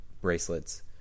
bracelets